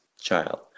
child